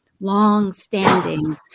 Long-standing